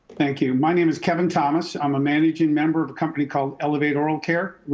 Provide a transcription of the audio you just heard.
thank you. my name is kevin thomas. i'm a managing member of a company called elevate oral care.